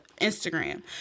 Instagram